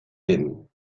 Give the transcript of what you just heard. him